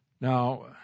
Now